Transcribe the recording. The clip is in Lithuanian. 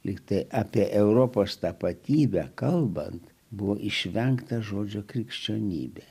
likti apie europos tapatybę kalbant buvo išvengta žodžio krikščionybė